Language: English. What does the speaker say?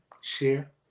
share